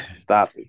stop